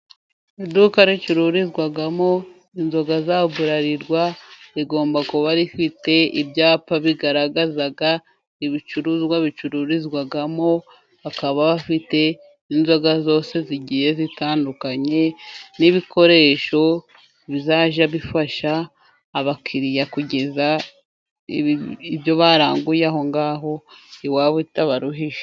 Iduka ricururizwamo inzoga za burarirwa, rigomba kuba rifite ibyapa bigaragaza ibicuruzwa bicururizwamo. Bakaba bafite inzoga zose zigiye zitandukanye, n'ibikoresho bizajya bifasha abakiriya kugeza ibyo baranguye aho ngaho iwabo bitabaruhije.